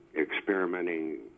Experimenting